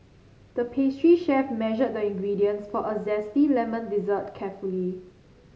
the pastry chef measured the ingredients for a zesty lemon dessert carefully